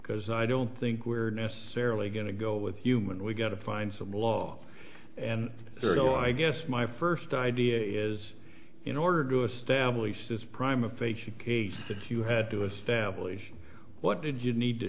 because i don't think we're necessarily going to go with human we've got to find some law and i guess my first idea is in order to establish this prime of faith should case if you had to establish what did you need to